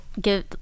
give